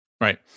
Right